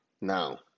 Now